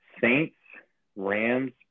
Saints-Rams